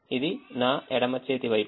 ఇది 3 నా ఎడమ చేతి వైపు